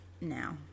now